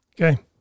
Okay